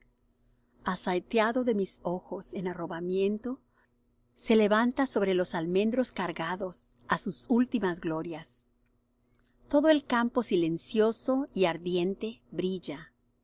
azul asaeteado de mis ojos en arrobamiento se levanta sobre los almendros cargados á sus últimas glorias todo el campo silencioso y ardiente brilla